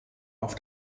auf